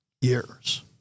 years